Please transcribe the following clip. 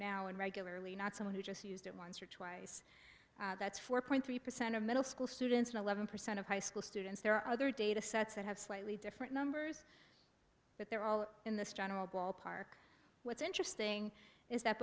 and regularly not someone who just used it once or twice that's four point three percent of middle school students and eleven percent of high school students there are other data sets that have slightly different numbers but they're all in this general ballpark what's interesting is that